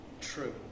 true